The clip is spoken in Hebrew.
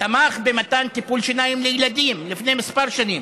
מלכתחילה תמך במתן טיפול שיניים חינם לילדים לפני כמה שנים.